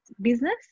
business